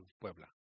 Puebla